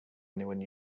anyone